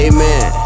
Amen